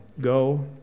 go